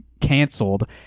canceled